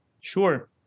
Sure